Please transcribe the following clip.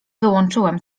wyłączyłem